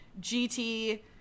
GT